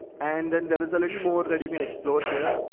and then there is a little more that you can explore here.